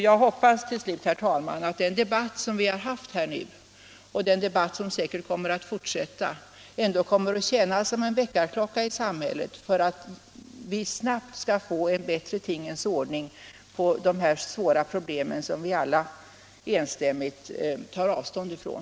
Jag hoppas till slut, herr talman, att den debatt som vi nu har haft och som säkert kommer att fortsätta ändå kommer att tjäna som en väckarklocka i samhället, så att vi snabbt skall få en bättre tingens ordning när det gäller de här svåra missförhållandena, som vi alla enstämmigt tar avstånd ifrån.